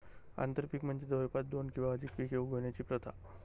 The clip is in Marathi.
आंतरपीक म्हणजे जवळपास दोन किंवा अधिक पिके उगवण्याची प्रथा